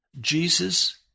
Jesus